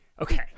Okay